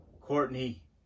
Courtney